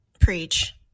Preach